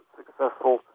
successful